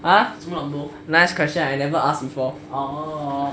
ah nice question I never ask before